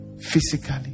physically